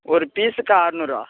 ஒரு பீசுக்கு ஆறுநூறா